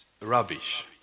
rubbish